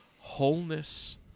Wholeness